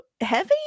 heavy